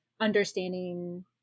understanding